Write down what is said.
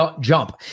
jump